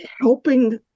helping